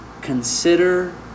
Consider